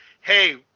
Hey